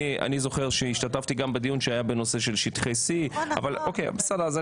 אני זוכר שהשתתפתי בדיון שהיה בנושא של שטחי C אז בסדר,